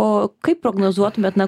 o kaip prognozuotumėt na